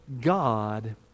God